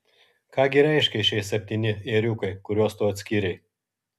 ką gi reiškia šie septyni ėriukai kuriuos tu atskyrei